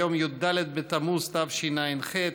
היום י"ד בתמוז תשע"ח,